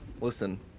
listen